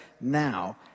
now